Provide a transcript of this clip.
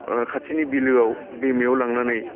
ओ खाथिनि बिलोआव दैमायाव लांनानै